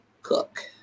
Cook